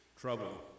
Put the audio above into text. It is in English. trouble